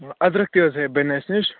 اَدرکھ تہِ حظ بنہِ اَسہِ نِش